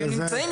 הם נמצאים,